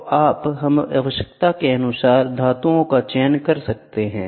तो आप आवश्यकता केअनुसार धातुओं का चयन कर सकते हैं